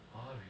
R_E